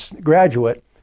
graduate